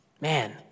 Man